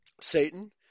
Satan